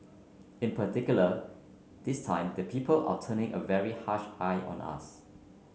in particular this time the people are turning a very harsh eye on us